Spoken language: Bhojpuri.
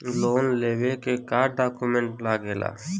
लोन लेवे के का डॉक्यूमेंट लागेला?